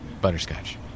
Butterscotch